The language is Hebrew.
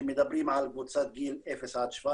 כשמדברים על קבוצת הגיל של אפס עד 17,